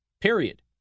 Period